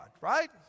right